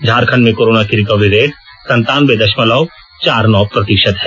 झारखंड में कोरोना की recovery rate सनतानबे दशमलव चार नौ प्रतिशत है